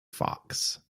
fox